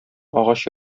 агач